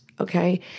Okay